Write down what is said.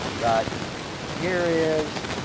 but here is